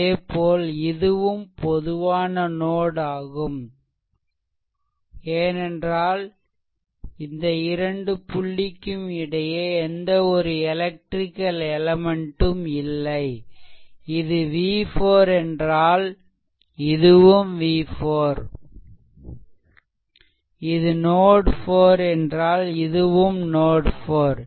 அதேபோல் இதுவும் பொதுவான நோட் ஆகும் ஏனென்றால் இந்த இரண்டு புள்ளிக்கும் இடையே எந்த ஒரு எலெக்ட்ரிக்கல் எலெமென்ட் ம் இல்லை இது v4 என்றால் இதுவும் v4 இது நோட் 4 என்றால் இதுவும் நோட் 4